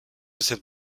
cette